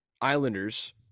Islanders